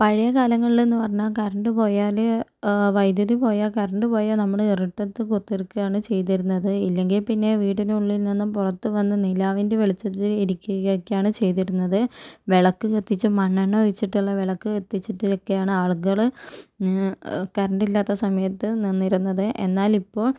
പഴയ കാലങ്ങളിൽ എന്ന് പറഞ്ഞാൽ കറണ്ട് പോയാൽ വൈദ്യുതി പോയാൽ കറണ്ട് പോയാൽ നമ്മൾ ഇരുട്ടത്ത് പുറത്ത് ഇരിക്കുകയാണ് ചെയ്തിരുന്നത് ഇല്ലെങ്കിൽ പിന്നെ വീടിന് ഉള്ളിൽ നിന്നും പുറത്ത് വന്ന് നിലാവിൻ്റെ വെളിച്ചത്തിൽ ഇരിക്കുകയൊക്കെയാണ് ചെയ്തിരുന്നത് വിളക്ക് കത്തിച്ച് മണ്ണെണ്ണ വെച്ചിട്ടുള്ള വിളക്ക് കത്തിച്ചിട്ടൊക്കെയാണ് ആളുകൾ കറണ്ട് ഇല്ലാത്ത സമയത്ത് നിന്നിരുന്നത് എന്നാൽ ഇപ്പോൾ